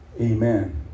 amen